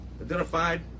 Identified